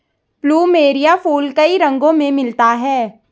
plumeria फूल कई रंगो में मिलता है